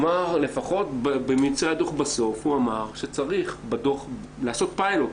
לפחות בממצאי הדוח בסוף הוא אמר שצריך לעשות פיילוט.